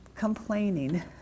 Complaining